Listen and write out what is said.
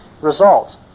results